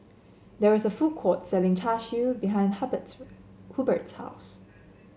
there is a food court selling Char Siu behind Hubbard's house